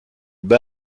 bat